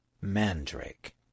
Mandrake